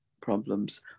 problems